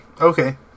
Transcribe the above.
Okay